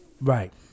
Right